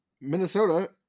Minnesota